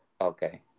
okay